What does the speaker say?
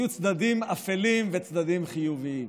היו צדדים אפלים וצדדים חיוביים.